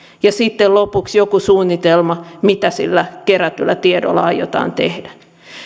ja sitten lopuksi joku suunnitelma mitä sillä kerätyllä tiedolla aiotaan tehdä